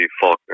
Faulkner